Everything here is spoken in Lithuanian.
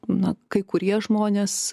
na kai kurie žmonės